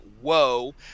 whoa